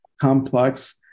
complex